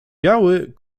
biały